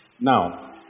Now